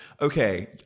okay